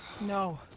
No